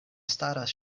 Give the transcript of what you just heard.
staras